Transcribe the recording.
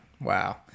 Wow